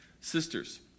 sisters